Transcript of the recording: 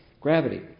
Gravity